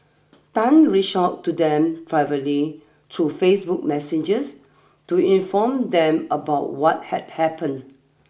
Tan reached out to them privately through Facebook Messengers to inform them about what had happened